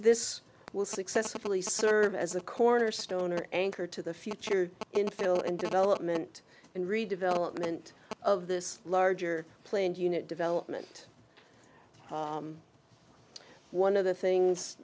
this will successfully serve as a cornerstone or anchor to the future in film and development and redevelopment of this larger play and unit development one of the things